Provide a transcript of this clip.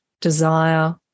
Desire